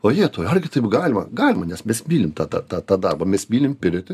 o jetau argi taip galima galima nes mes mylim tą tą tą tą darbą mes mylim pirtį